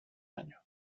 año